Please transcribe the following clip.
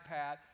iPad